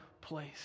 place